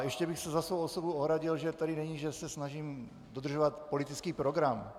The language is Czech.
Ještě bych se za svou osobu ohradil, že tedy není, že se snažím dodržovat politický program.